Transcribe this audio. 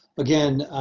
again,